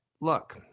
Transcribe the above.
look